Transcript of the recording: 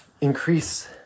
increase